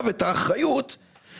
חברי הכנסת החליטו שמבחינת עלות תועלת